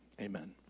Amen